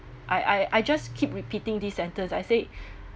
I I I just keep repeating these sentences I said